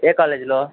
ఏ కాలేజీలో